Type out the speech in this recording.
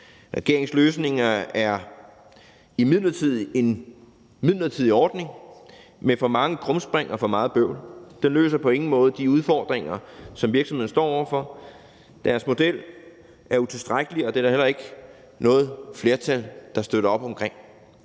Regeringens løsning er en midlertidig ordning med for mange krumspring og for meget bøvl. Det løser på ingen måde de udfordringer, som virksomhederne står over for. Deres model er utilstrækkelig, og der er heller ikke noget flertal, der støtter op om den.